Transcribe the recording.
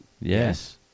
Yes